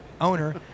owner